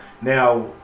Now